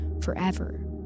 forever